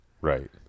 Right